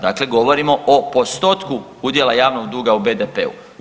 Dakle, govorimo o postotku udjela javnog duga u BDP-u.